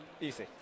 easy